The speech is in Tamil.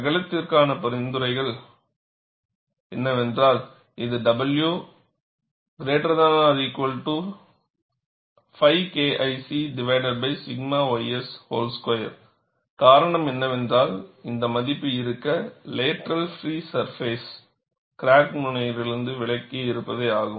அகலத்திற்கான பரிந்துரை என்னவென்றால் இது w≥σ ys 2 காரணம் என்னவென்றால் இந்த மதிப்பு இருக்க லேட்ரல் ஃப்ரீ சர்பெஸ் கிராக் முனையிலிருந்து விலக்கி வைப்பதே ஆகும்